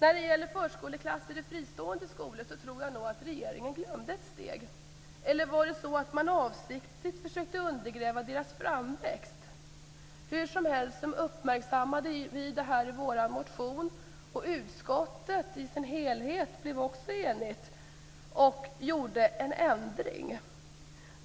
När det gäller förskoleklasser i fristående skolor tror jag nog att regeringen glömde ett steg. Eller var det så att man avsiktligt försökte undergräva deras framväxt? Hur som helst uppmärksammade vi det här i vår motion, och utskottet i sin helhet blev också enigt och gjorde en ändring.